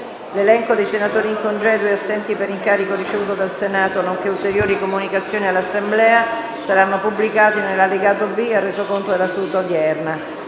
L'elenco dei senatori in congedo e assenti per incarico ricevuto dal Senato, nonché ulteriori comunicazioni all'Assemblea saranno pubblicati nell'allegato B al Resoconto della seduta odierna.